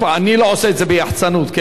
אצלי אין תור, אין דבר כזה.